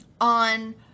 on